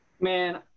man